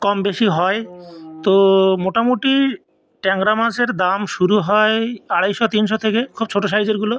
কম বেশি হয় তো মোটামুটি ট্যাংরা মাছের দাম শুরু হয় আড়াইশো তিনশো থেকে খুব ছোটো সাইজেরগুলো